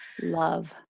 Love